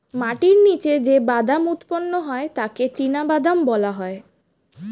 মাটির নিচে যে বাদাম উৎপন্ন হয় তাকে চিনাবাদাম বলা হয়